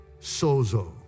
Sozo